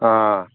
ꯑꯥ